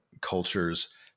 cultures